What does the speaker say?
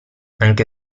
anche